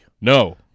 No